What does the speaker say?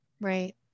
right